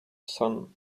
sun